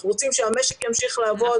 אנחנו רוצים שהמשק ימשיך לעבוד,